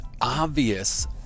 obvious